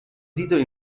titoli